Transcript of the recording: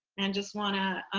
and just want to